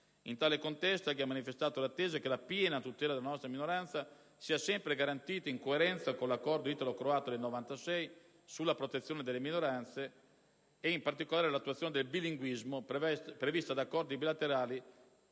In tale contesto, egli ha manifestato l'attesa che la piena tutela della nostra minoranza sia sempre garantita, in coerenza con l'accordo italo-croato del 1996 sulla protezione delle minoranze, e che, in particolare, l'attuazione del bilinguismo, prevista dagli accordi bilaterali,